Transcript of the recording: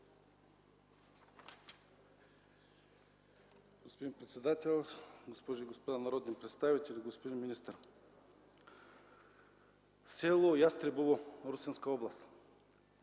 Господин председател, госпожи и господа народни представители, господин министър! В с. Ястребово, Русенска област,